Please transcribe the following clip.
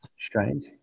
strange